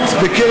לאור.